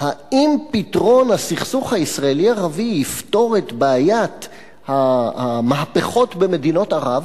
האם פתרון הסכסוך הישראלי ערבי יפתור את בעיית המהפכות במדינות ערב,